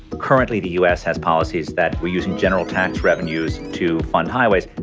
currently the us has policies that we're using general tax revenues to fund highways.